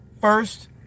first